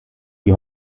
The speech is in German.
die